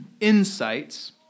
insights